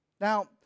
Now